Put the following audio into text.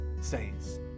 says